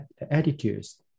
attitudes